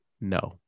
no